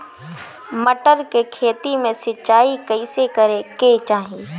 मटर के खेती मे सिचाई कइसे करे के चाही?